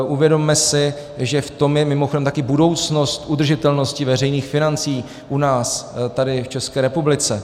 Uvědomme si, že v tom je mimochodem také budoucnost udržitelnosti veřejných financí u nás, tady v České republice.